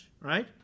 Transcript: right